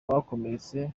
abakomeretse